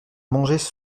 mangeaient